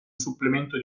supplemento